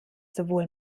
sowohl